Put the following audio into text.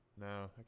no